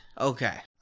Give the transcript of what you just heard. Okay